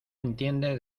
entiende